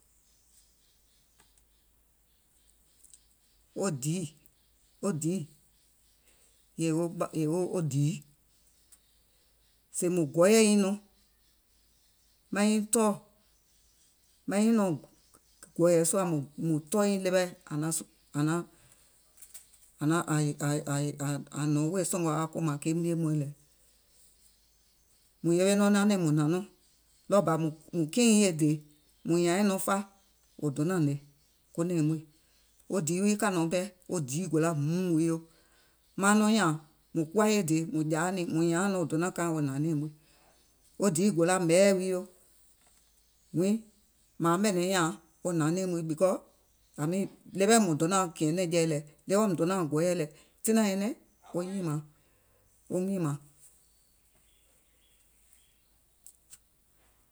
Wo diì, wo diì, yèè o o o ɓa, wo dìii, sèè mùŋ gɔɔyɛ̀ nyiŋ nɔŋ maŋ nyiŋ tɔɔ̀, maŋ nyiŋ nɔ̀ɔ̀ŋ gɔ̀ɔ̀yɛ̀ sùȧ mùŋ tɔɔ̀ nyìŋ ɗeweɛ̀ àŋ nɔŋ wèè sɔ̀ngɔ̀ aŋ kòmàŋ ke miè mɔɛ̀ŋ lɛ, mùŋ yewe nɔŋ nanɛ̀ŋ mùŋ hnàŋ nɔŋ, ɗɔɔ bà mùŋ kiɛ̀ŋ nyìŋ e dèè, mùŋ nyàaiŋ nɔŋ fa wò donàŋ hnè ko nɛ̀ɛ̀ŋ muìŋ, wo dìii wii kȧnɔ̀ɔŋ pɛɛ, wo dìii gòla hìiìm wii yo, mauŋ nɔŋ nyààŋ, mùŋ kuwa e dèè mùŋ jààauŋ nìŋ wò donàŋ kaaìŋ wo hnàŋ nɛ̀ɛ̀ŋ muìŋ. Wo diì gòla ɓɛ̀ɛɛ̀ɛ̀ wii yo, wii, màuŋ ɓɛ̀nɛ̀ŋ nyàaŋ wo hnàŋ nɛ̀ɛ̀ŋ muìŋ, because i main, ɗeweɛ̀ mùŋ douŋ nàŋ kìɛ̀ŋ nɛ̀ŋjeɛ̀ lɛ, ɗeweɛ̀ùm do nàuŋ gɔɔyɛ̀ lɛ, tiŋ nàŋ nyɛnɛŋ wo nyìmàŋ, woum nyìmàŋ.